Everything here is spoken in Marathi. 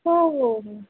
हो हो हो